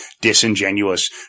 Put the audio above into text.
disingenuous